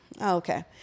Okay